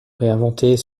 réinventer